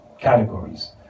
categories